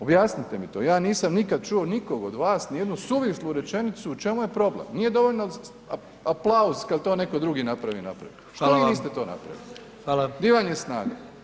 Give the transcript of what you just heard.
Objasnite mi to, ja nisam nikad čuo nikog od vas, ni jednu suvislu rečenicu u čemu je problem, nije dovoljno aplauz kad to netko drugi napravi napravit [[Upadica: Hvala vam.]] što vi niste to napravili [[Upadica: Hvala.]] di vam je snaga?